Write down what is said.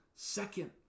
Second